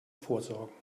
vorsorgen